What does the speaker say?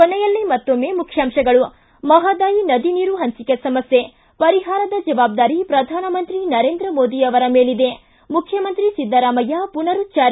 ಕೊನೆಯಲ್ಲಿ ಮತ್ತೊಮ್ನೆ ಮುಖ್ಯಾಂಶಗಳು ು ಮಹದಾಯಿ ನದಿ ನೀರು ಹಂಚಿಕೆ ಸಮಸ್ಲೆ ಪರಿಹಾರದ ಜವಾಬ್ದಾರಿ ಪ್ರಧಾನಮಂತ್ರಿ ನರೇಂದ್ರ ಮೋದಿ ಅವರ ಮೇಲಿದೆ ಮುಖ್ಯಮಂತ್ರಿ ಸಿದ್ದರಾಮಯ್ಯ ಪುನರುಜ್ವಾರ